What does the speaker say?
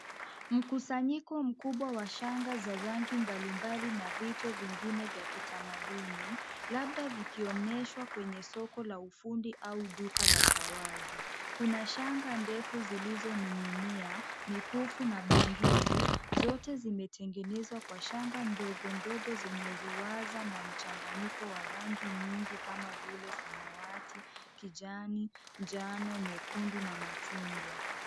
Mkusanyiko mkubwa wa shanga za rangi mbalimbali na vito vingine vya kitamaduni labda vikionyeshwa kwenye soko la ufundi au duka la zawadi. Kuna shanga ndefu zilizoning'inia, mikufu na bangili. Zote zimetengenezwa kwa shanga ndogo ndogo zenye ruwaza na mchanganyiko wa rangi nyingi kama vile; samawati, kijani, njano, nyekundu na machungwa.